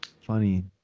funny